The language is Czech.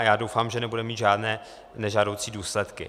Já doufám, že nebude mít žádné nežádoucí důsledky.